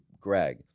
Greg